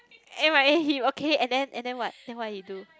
M_I_A him okay and then and then what then what he do